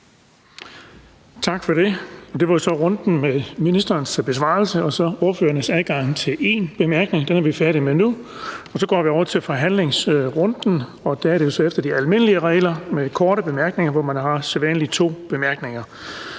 Tak for det. Det var så runden med ministerens besvarelse og ordførernes adgang til en kort bemærkning. Den er vi færdige med, og vi går nu til forhandlingsrunden, og det er efter de almindelige regler med sædvanligvis to korte bemærkninger.